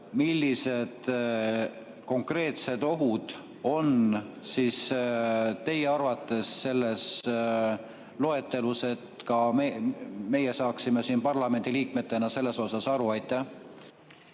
millised konkreetsed ohud on teie arvates selles loetelus, et ka meie saaksime siin parlamendiliikmetena sellest aru? Aitäh,